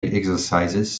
exercises